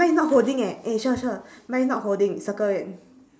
mine is not holding eh sher sher mine is not holding circle it